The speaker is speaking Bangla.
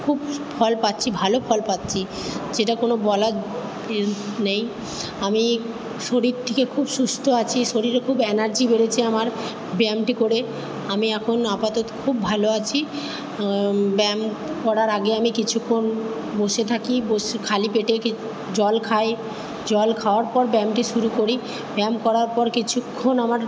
খুব ফল পাচ্ছি ভালো ফল পাচ্ছি যেটা কোনো বলার প্রিন্ট নেই আমি শরীর থেকে খুব সুস্থ আছি শরীরে খুব এনার্জি বেড়েছে আমার ব্যায়ামটি করে আমি এখন আপাতত খুব ভালো আছি ব্যায়াম করার আগে আমি কিছুক্ষণ বসে থাকি বসে খালি পেটে কি জল খাই জল খাওয়ার পর ব্যায়ামটি শুরু করি ব্যায়াম করার পর কিছুক্ষণ আমার